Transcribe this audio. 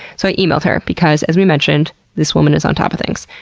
so i emailed her because as we mentioned this woman is on top of things.